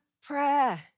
prayer